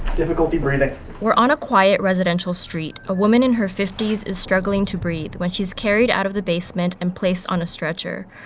difficulty breathing we're on a quiet residential street. a woman in her fifty s is struggling to breathe when she's carried out of the basement and placed on a stretcher.